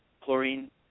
chlorine